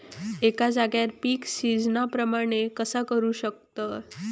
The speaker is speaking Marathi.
एका जाग्यार पीक सिजना प्रमाणे कसा करुक शकतय?